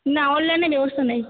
না অনলাইনে ব্যবস্থা নেই